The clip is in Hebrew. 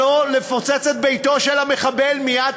לפוצץ את ביתו של המחבל מייד,